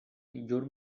llur